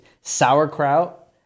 Sauerkraut